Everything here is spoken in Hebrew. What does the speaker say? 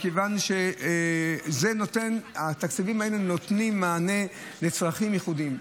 מכיוון שהתקציבים האלה נותנים מענה לצרכים ייחודיים.